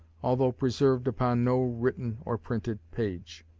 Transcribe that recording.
although preserved upon no written or printed page.